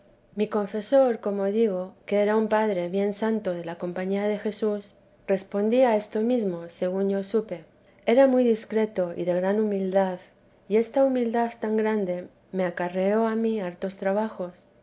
mi confesor como digo que era un padre bien santo de la compañía de jesús respondía esto niesmo según yo supe era muy discreto y de gran humildad y esta humildad tan grande me acarreó a mí hartos trabajos